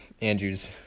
Andrew's